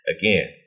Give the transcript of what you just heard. Again